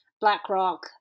BlackRock